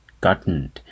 gotten